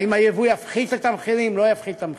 האם היבוא יפחית את המחירים, לא יפחית את המחירים.